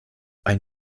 ein